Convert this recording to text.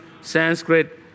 Sanskrit